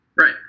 Right